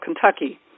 Kentucky